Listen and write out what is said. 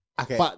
Okay